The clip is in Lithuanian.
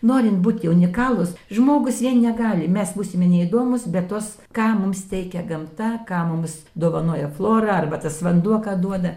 norint būti unikalūs žmogus vien negali mes būsime neįdomūs bet tos ką mums teikia gamta ką mums dovanoja flora arba tas vanduo ką duoda